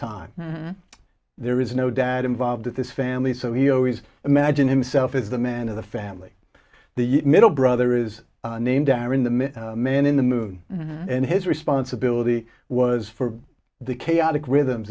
time there is no dad involved with his family so he always imagine himself as the man of the family the middle brother is named aaron the middle man in the moon and his responsibility was for the chaotic rhythms